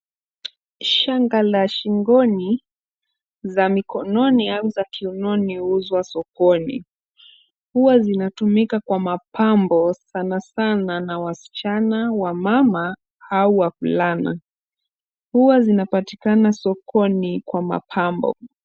Shanga la shingoni, za mikononi au za kiunoni huuzwa sokoni. Huwa zinatumika kwa mapambo sanasana na wasichana, wamama au wavulana. Huwa zinapatikana sokoni kwa mapambo.